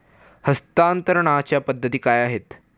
हस्तांतरणाच्या पद्धती काय आहेत?